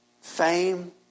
fame